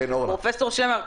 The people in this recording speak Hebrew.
פרופסור שמר,